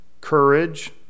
courage